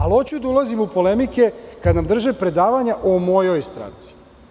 Ali, hoću da ulazim u polemike kada nam drže predavanja o mojoj stranci.